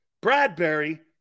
Bradbury